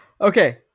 Okay